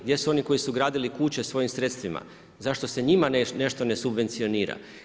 Gdje su oni koji su gradili kuće svojim sredstvima, zašto se njima nešto ne subvencionira?